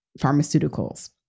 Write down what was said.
pharmaceuticals